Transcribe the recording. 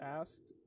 asked